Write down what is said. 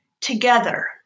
together